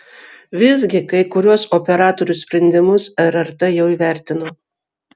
visgi kai kuriuos operatorių sprendimus rrt jau įvertino